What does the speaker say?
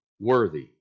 worthy